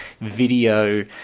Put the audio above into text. video